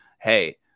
hey